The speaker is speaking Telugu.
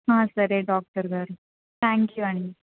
సరే డాక్టర్గారు థ్యాంక్ యు అండి